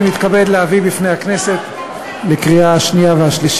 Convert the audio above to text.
אני מתכבד להביא בפני הכנסת לקריאה שנייה ולקריאה